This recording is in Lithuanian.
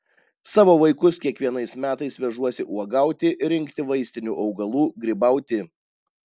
savo vaikus kiekvienais metais vežuosi uogauti rinkti vaistinių augalų grybauti